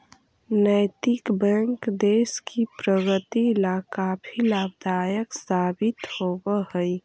नैतिक बैंक देश की प्रगति ला काफी लाभदायक साबित होवअ हई